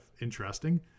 interesting